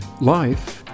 life